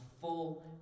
full